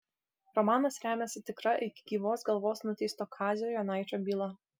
romanas remiasi tikra iki gyvos galvos nuteisto kazio jonaičio byla